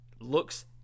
looks